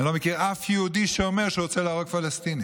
אני לא מכיר אף יהודי שאומר שהוא רוצה להרוג פלסטינים.